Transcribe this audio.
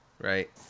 right